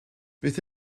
beth